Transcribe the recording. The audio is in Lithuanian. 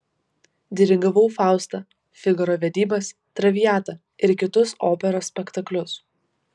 dirigavau faustą figaro vedybas traviatą ir kitus operos spektaklius